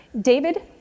David